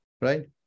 right